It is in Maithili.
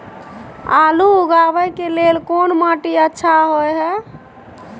आलू उगाबै के लेल कोन माटी अच्छा होय है?